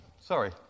Sorry